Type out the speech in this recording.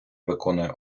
виконує